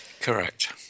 Correct